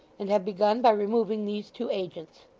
and have begun by removing these two agents.